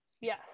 Yes